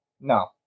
No